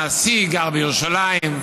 הנשיא גר בירושלים,